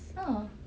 a'ah